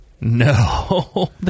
No